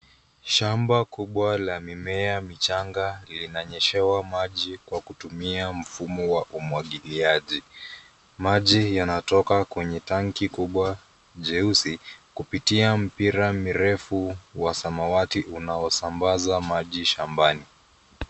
Shamba kubwa la mimea michanga linanyeshewa maji kwa kutumia mfumo wa umwagiliaji. Maji yanatoka kwenye tanki kubwa jeusi kupitia mpira mrefu wa samawati unaosambaza maji shambani.